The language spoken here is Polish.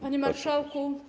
Panie Marszałku!